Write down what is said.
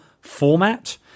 format